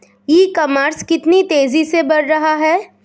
ई commerce कितनी तेजी से बढ़ रहा है?